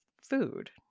food